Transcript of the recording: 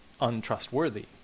untrustworthy